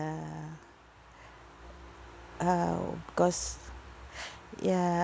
uh cause ya